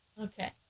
Okay